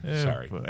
Sorry